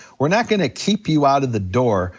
we're not gonna keep you out of the door,